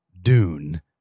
Dune